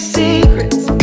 secrets